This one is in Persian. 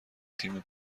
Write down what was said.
تیم